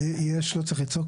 לא צריך לצעוק